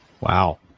Wow